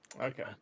Okay